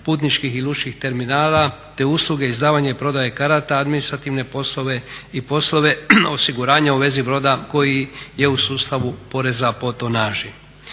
putničkih i lučkih terminala te usluge izdavanja i prodaje karata, administrativne poslove i poslove osiguranja u vezi broda koji je u sustavu poreza po tonaži.